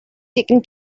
taken